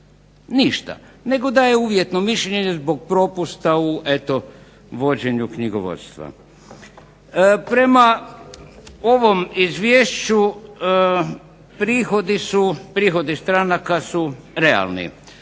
nego daje uvjetno mišljenje zbog propusta eto u vođenju knjigovodstva. Prema ovom izvješću prihodi stranaka su realni.